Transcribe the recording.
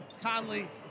Conley